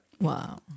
Wow